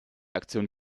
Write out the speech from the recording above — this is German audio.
aktion